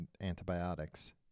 antibiotics